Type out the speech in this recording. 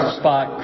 spot